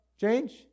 change